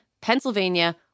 Pennsylvania